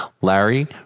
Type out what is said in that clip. Larry